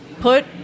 Put